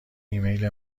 ایمیل